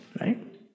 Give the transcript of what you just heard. right